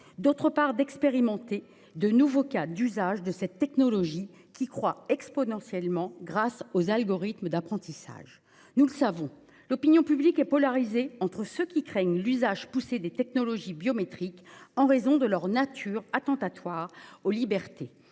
d'autre part, à expérimenter de nouveaux cas d'usage de cette technologie, qui croît exponentiellement grâce aux algorithmes d'apprentissage. Nous le savons, l'opinion publique est polarisée entre ceux qui craignent l'usage poussé des technologies biométriques en raison de leur nature attentatoire aux libertés